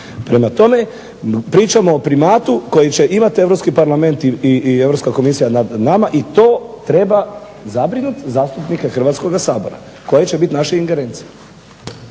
Prema tome, pričamo o primatu koji će imati Europski parlament i Europska komisija nad nama i to treba zabrinuti zastupnike Hrvatskoga sabora. Koja će biti naša ingerencija.